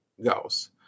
Gauss